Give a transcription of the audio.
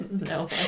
No